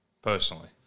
Personally